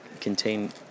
contain